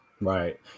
right